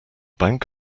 bank